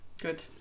Good